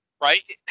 Right